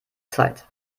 zeit